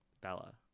Bella